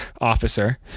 Officer